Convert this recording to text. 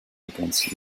against